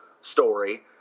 story